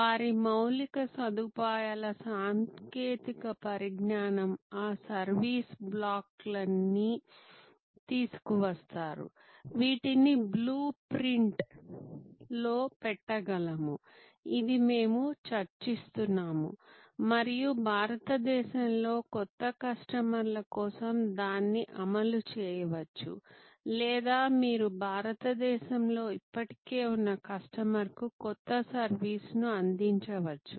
వారి మౌలిక సదుపాయాల సాంకేతిక పరిజ్ఞానం ఆ సర్వీస్ బ్లాక్లన్ని తీసుకువస్తారు వీటిని బ్లూ ప్రింట్ లో పెట్టగలము ఇది మేము చర్చిస్తున్నాము మరియు భారతదేశంలో కొత్త కస్టమర్ల కోసం దాన్ని అమలు చేయవచ్చు లేదా మీరు భారతదేశంలో ఇప్పటికే ఉన్న కస్టమర్కు కొత్త సర్వీస్ ను అందించవచ్చు